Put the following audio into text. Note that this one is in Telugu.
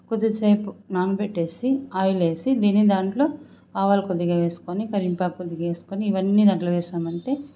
కొద్దిసేపు నానబెట్టేసి ఆయిలేసి దీని దాంట్లో ఆవాలు కొద్దిగా వేసుకొని కరింపాకు కొద్దిగా వేసుకొని ఇవన్నీ దాంట్లో వేసామంటే